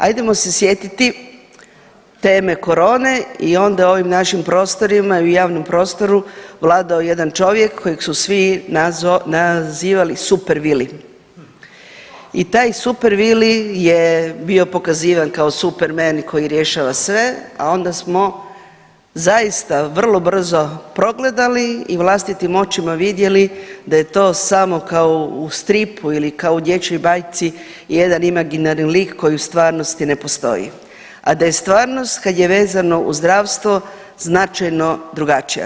Ajdemo se sjetiti teme korone i onda je u ovim našim prostorima i u javnom prostoru vladao jedan čovjek kojeg su svi nazivali Super Vili i taj Super Vili je bio pokazivan kao Supermen i koji rješava sve, a onda smo zaista vrlo brzo progledali i vlastitim očima vidjeli da je to samo kao u stripu ili kao u dječjoj bajci jedan imaginarni lik koji u stvarnosti ne postoji, a da je stvarnost kad je vezano uz zdravstvo značajno drugačija.